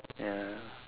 ya